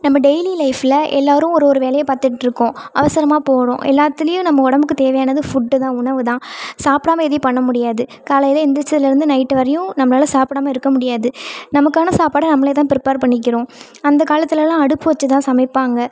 நம்ம டெய்லி லைஃபில் எல்லாரும் ஒரு ஒரு வேலையை பார்த்துட்ருக்கோம் அவசரமாக போகிறோம் எல்லாத்துலேயும் நம்ம உடம்புக்கு தேவையானது ஃபுட்டு தான் உணவு தான் சாப்பிடாம எதையும் பண்ண முடியாது காலையில் எழுந்திரிச்சதுலேர்ந்து நைட்டு வரைக்கும் நம்மளால் சாப்பிடாம இருக்கமுடியாது நமக்கான சாப்பாடு நம்மளே தான் ப்ரிப்பேர் பண்ணிக்கிறோம் அந்தக்காலத்துலேலாம் அடுப்பு வச்சு தான் சமைப்பாங்க